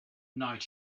night